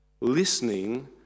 Listening